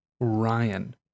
Ryan